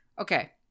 Okay